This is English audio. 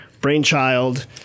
Brainchild